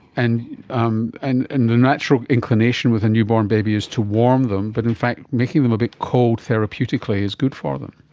and um and and a natural inclination with a newborn baby is to warm them, but in fact making them a bit cold therapeutically is good for them